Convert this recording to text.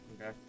Okay